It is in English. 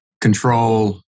control